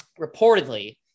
reportedly